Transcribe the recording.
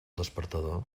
despertador